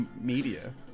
media